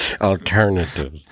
Alternative